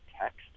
text